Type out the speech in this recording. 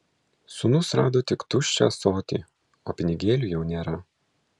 sūnus rado tik tuščią ąsotį o pinigėlių jau nėra